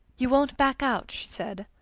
you won't back out? she said.